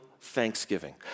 thanksgiving